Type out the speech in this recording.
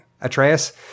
Atreus